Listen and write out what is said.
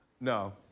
No